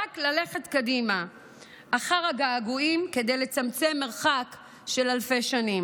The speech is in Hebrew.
רק ללכת קדימה אחר הגעגועים כדי לצמצם מרחק של אלפי שנים.